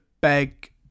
beg